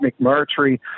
McMurtry